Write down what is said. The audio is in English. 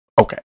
okay